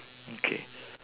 okay